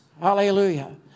Hallelujah